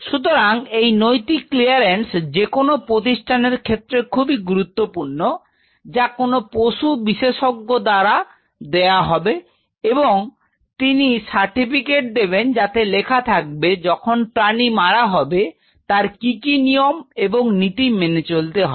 সুতরাং এই নৈতিক ক্লিয়ারেন্স যেকোনো প্রতিষ্ঠান ক্ষেত্রে খুবই গুরুত্বপূর্ণ যা কোন পশু বিশেষজ্ঞ দ্বারা দেয়া হবে এবং তিনি সার্টিফিকেট দেবেন যাতে লেখা থাকবে যখন প্রাণী মারা হবে তার কি কি নিয়ম এবং নীতি মেনে চলতে হবে